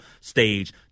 stage